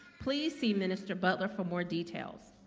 please see minister butler for more details